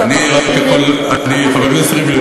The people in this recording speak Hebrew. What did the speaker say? חבר הכנסת ריבלין,